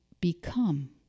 become